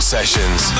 Sessions